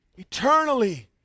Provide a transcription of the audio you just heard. Eternally